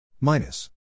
minus